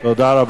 תודה רבה.